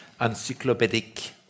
encyclopedic